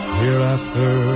hereafter